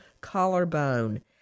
collarbone